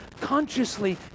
consciously